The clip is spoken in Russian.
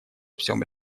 всем